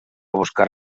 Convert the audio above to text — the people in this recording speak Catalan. buscar